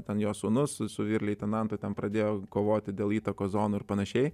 ten jo sūnus su vyr leitenantu ten pradėjo kovoti dėl įtakos zonų ir panašiai